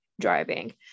driving